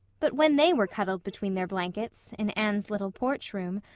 but when they were cuddled between their blankets, in anne's little porch room,